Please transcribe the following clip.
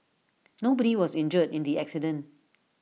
nobody was injured in the accident